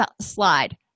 slide